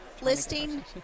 Listing